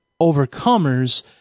overcomers